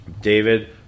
David